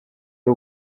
ari